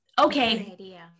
Okay